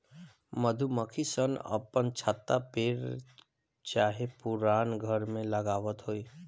मधुमक्खी सन अपन छत्ता पेड़ चाहे पुरान घर में लगावत होई